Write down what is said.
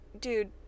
dude